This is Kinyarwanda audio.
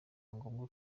ngombwa